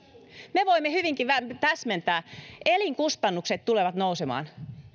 me voimme hyvinkin täsmentää elinkustannukset tulevat nousemaan